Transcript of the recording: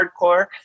hardcore